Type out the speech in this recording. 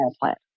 plant